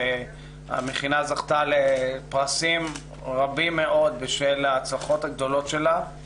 והמכינה זכתה לפרסים רבים מאוד בשל ההצלחות הגדולות שלה.